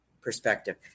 perspective